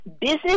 business